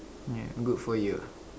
ya good for you